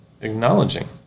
acknowledging